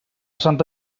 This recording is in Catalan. santa